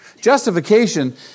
Justification